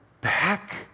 back